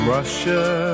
Russia